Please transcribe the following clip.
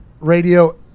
radio